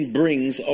brings